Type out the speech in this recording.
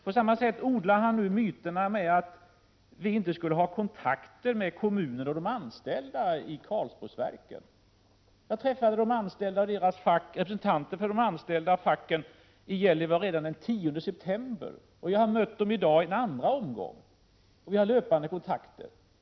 På samma sätt odlar han myten att vi inte skulle ha kontakter med kommunen och de anställda i Karlsborgsverken. Jag träffade representanter för de anställda och facket i Gällivare redan den 10 september, jag har mött dem i dag i en andra omgång, och vi har fortlöpande kontakter.